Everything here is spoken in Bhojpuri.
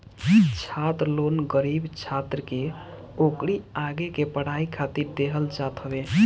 छात्र लोन गरीब छात्र के ओकरी आगे के पढ़ाई खातिर देहल जात हवे